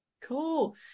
Cool